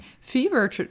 fever